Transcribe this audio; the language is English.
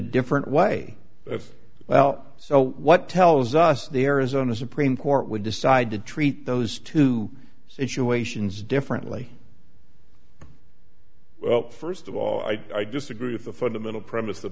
different way if well so what tells us the arizona supreme court would decide to treat those two situations differently well first of all i disagree with the fundamental